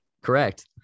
Correct